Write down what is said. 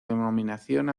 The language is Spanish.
denominación